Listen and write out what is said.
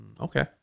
Okay